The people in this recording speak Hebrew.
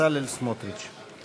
בצלאל סמוטריץ.